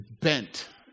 bent